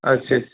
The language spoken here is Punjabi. ਅੱਛਾ ਅੱਛ